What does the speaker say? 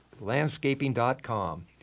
landscaping.com